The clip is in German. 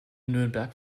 nürnberg